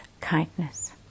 kindness